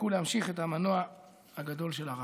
תזכו להמשיך את המנוע הגדול של הרב.